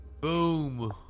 Boom